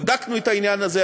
בדקנו את העניין הזה.